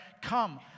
Come